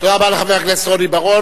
תודה רבה לחבר הכנסת רוני בר-און.